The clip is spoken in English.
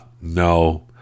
No